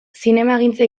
zinemagintza